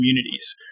communities